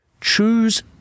Choose